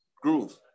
groove